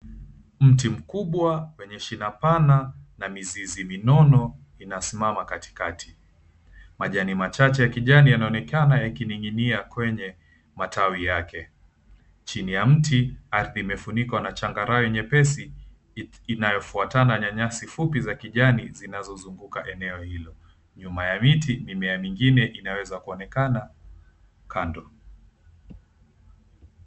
Mti mkubwa wenye shina pana na mizizi minono inasimama katikati. Majani machache ya kijani yanaonekana yakining'inia kwenye matawi yake. Chini ya mti, ardhi imefunikwa na changarawe nyepesi inayofuatana na nyasi fupi za kijani zinazozunguka eneo hilo. Nyuma ya miti mimea mingine inaweza kuonekana kando.